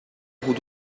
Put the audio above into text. حدود